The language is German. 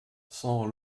san